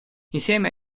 insieme